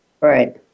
Right